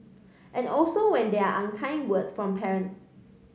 and also when there are unkind words from parents